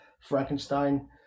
Frankenstein